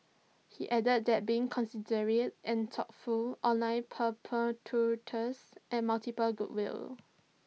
he added that being considerate and thoughtful online perpetuates and multiples goodwill